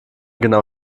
genau